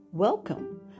Welcome